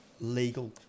legal